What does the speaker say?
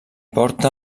porta